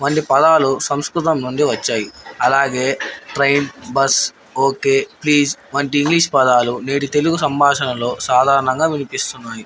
వంటి పదాలు సంస్కృతం నుండి వచ్చాయి అలాగే ట్రైన్ బస్ ఓకే ప్లీజ్ వంటి ఇంగ్లీష్ పదాలు నేటి తెలుగు సంభాషణలో సాధారణంగా వినిపిస్తున్నాయి